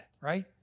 right